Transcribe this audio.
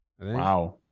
Wow